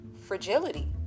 fragility